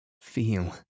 feel